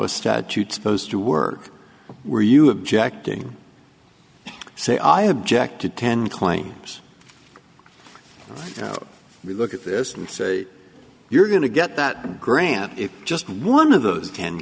a statute supposed to work were you objecting say i object to ten claims we look at this and say you're going to get that grant if just one of those ten